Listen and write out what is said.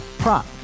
prop